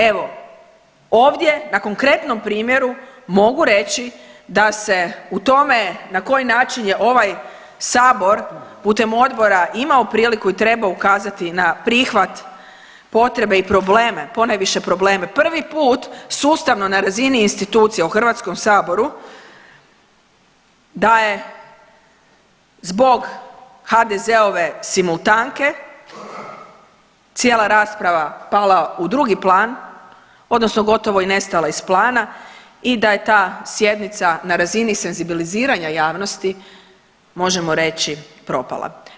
Evo, ovdje na konkretnom primjeru mogu reći da se u tome na koji način je ovaj sabor putem odbora imao priliku i trebao ukazati na prihvat potrebe i probleme, ponajviše probleme prvi put sustavno na razini institucija u Hrvatskom saboru da je zbog HDZ-ove simultanke cijela rasprava pala u drugi plan odnosno gotovo i nestala iz plana i da je ta sjednica na razini senzibiliziranja javnosti možemo reći propala.